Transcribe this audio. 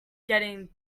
getting